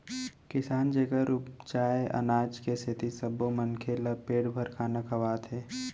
किसान जेखर उपजाए अनाज के सेती सब्बो मनखे ल पेट भर खाना खावत हे